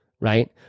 right